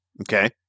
Okay